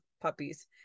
puppies